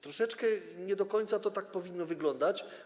Troszeczkę nie do końca to tak powinno wyglądać.